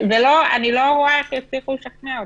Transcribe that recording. ולא, אני לא רואה איך יצליחו לשכנע אותי.